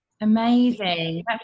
amazing